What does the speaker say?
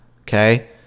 okay